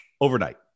Overnight